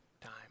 time